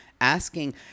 asking